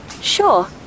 sure